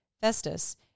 Festus